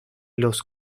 los